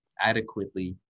adequately